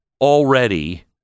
already